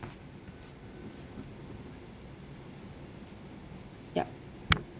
yup